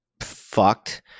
fucked